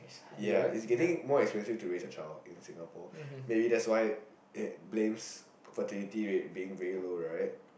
ya it's getting more expensive to raise a child in Singapore maybe that's why it blames fertility rate being very low right